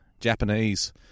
Japanese